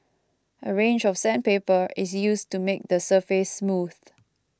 a range of sandpaper is used to make the surface smooth